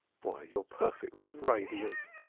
why, you're perfectly radiant.